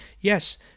yes